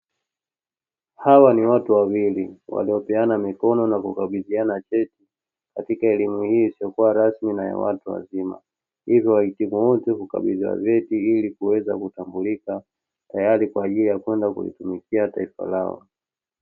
Hawa ni watu wawili waliopeana mikono na kukabidhiana cheti katika elimu hii isiyokuwa rasmi na ya watu wazima, hivyo wahitimu wote hukabidhiwa vyeti ili kuweza kutambulika tayari kwa ajili ya kwenda kulitumikia taifa lao.